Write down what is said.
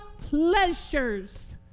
pleasures